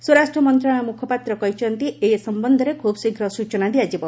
ସ୍ୱରାଷ୍ଟ୍ର ମନ୍ତ୍ରଣାଳୟ ମୁଖପାତ୍ର କହିଛନ୍ତି ଏ ସମ୍ୟନ୍ଧରେ ଖୁବ୍ଶୀଘ୍ର ସ୍ଚନା ଦିଆଯିବ